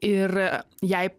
ir jai